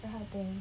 very hard to think